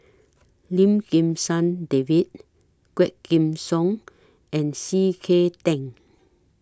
Lim Kim San David Quah Kim Song and C K Tang